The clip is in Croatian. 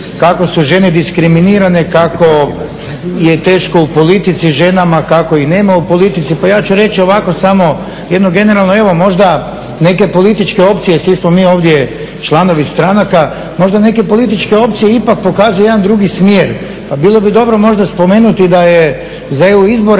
kako su žene diskriminirane, kako je teško u politici ženama, kako ih nema u politici. Pa ja ću reći ovako samo jednu generalno. Evo možda neke političke opcije, svi smo mi ovdje članovi stranaka. Možda neke političke opcije ipak pokazuju jedan drugi smjer. pa bilo bi dobro možda spomenuti da je za EU izbore